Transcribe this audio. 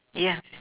yeah